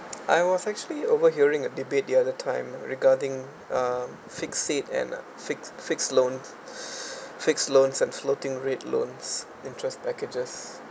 I was actually overhearing a debate the other time regarding um fix it and fix fixed loaned fixed loans and floating rate loans interest packages